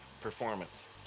performance